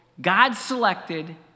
God-selected